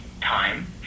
time